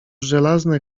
żelazne